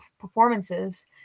performances